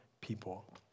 people